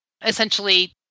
Essentially